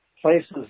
places